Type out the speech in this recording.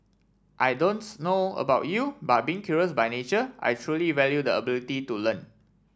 I don't know about you but being curious by nature I truly value the ability to learn